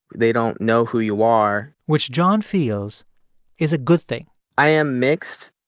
they don't know who you are. which john feels is a good thing i am mixed.